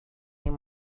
این